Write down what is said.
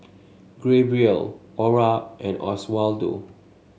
Gabriel Ora and Oswaldo